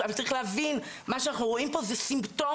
צריך להבין שמה שאנחנו רואים פה זה סימפטום